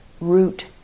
root